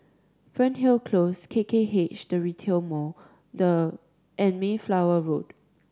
Fernhill Close K K H The Retail Mall the and Mayflower Road